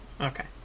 Okay